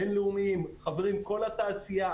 בין-לאומיים; כל התעשייה,